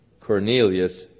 Cornelius